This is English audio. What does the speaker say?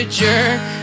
jerk